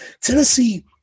Tennessee